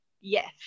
Yes